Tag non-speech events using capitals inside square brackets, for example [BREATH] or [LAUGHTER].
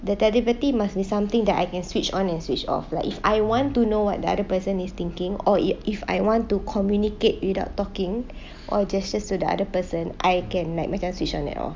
the telepathy must be something that I can switch on and switch off like if I want to know what the other person is thinking or if if I want to communicate without talking [BREATH] or gestures to the other person I can like macam switch on and off